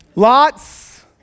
Lots